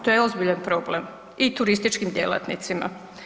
To je ozbiljan problem i turističkim djelatnicima.